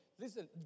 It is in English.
Listen